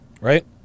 Right